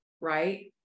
right